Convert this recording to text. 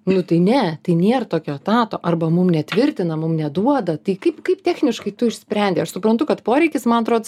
nu tai ne tai nėr tokio etato arba mum netvirtina mum neduoda tai kaip kaip techniškai tu išsprendei aš suprantu kad poreikis man atrodo